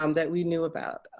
um that we knew about.